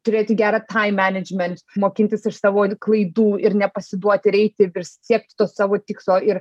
turėti gerą taim menedžment mokintis iš savo klaidų ir nepasiduoti ir eiti ir siekti to savo tikslo ir